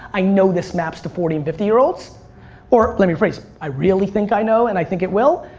i know this maps the forty and fifty years old or let me rephrase i really think i know and i think it will.